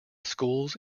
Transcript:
schools